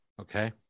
Okay